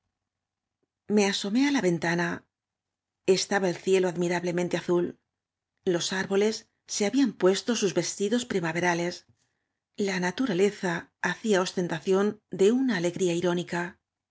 me asomé á la ventana estaba el cielo admi rablemente azul los árboles se habían puesto sus vestidos primaverales la naturaleza hacía os tenta citn de una alegría irónica